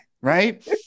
right